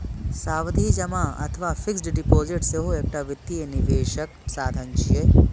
सावधि जमा अथवा फिक्स्ड डिपोजिट सेहो एकटा वित्तीय निवेशक साधन छियै